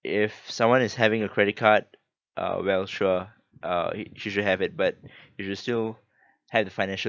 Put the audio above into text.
if someone is having a credit card uh well sure uh h~ she should have it but you should still have the financial